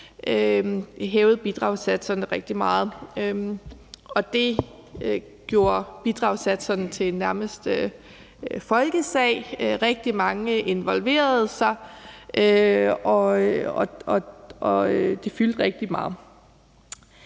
hævede bidragssatserne rigtig meget. Det gjorde nærmest bidragssatserne til en folkesag. Rigtig mange involverede sig, og det fyldte rigtig meget.